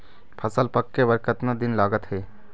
फसल पक्के बर कतना दिन लागत हे?